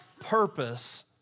purpose